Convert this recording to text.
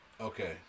Okay